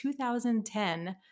2010